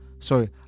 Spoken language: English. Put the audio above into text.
Sorry